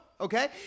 Okay